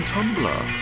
Tumblr